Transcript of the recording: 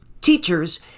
Teachers